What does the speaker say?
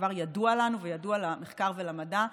שכבר ידוע לנו וידוע למחקר ולמדע,